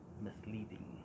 misleading